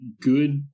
good